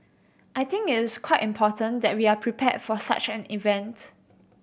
I think it's quite important that we are prepared for such an event